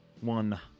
one